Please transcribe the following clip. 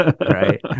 Right